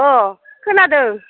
अह खोनादों